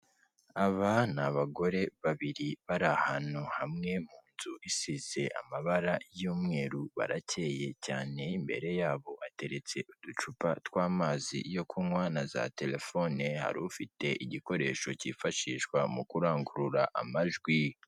Aba ni abagore babiri bari ahantu hamwe mu nzu isize amabara y'umweru barakeye cyane imbere yabo hateretse uducupa tw'amazi yo kunywa na za terefone. Hari ufite igikoresho cyifashishwa mu kurangurura amajwi.